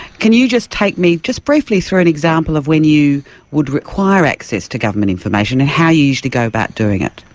can you just take me, just briefly, through an example of when you would require access to government information and how you'd usually go about doing it?